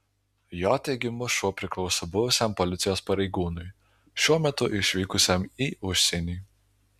jo teigimu šuo priklauso buvusiam policijos pareigūnui šiuo metu išvykusiam į užsienį